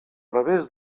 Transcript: revés